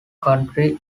country